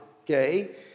okay